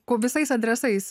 ko visais adresais